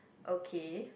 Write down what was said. okay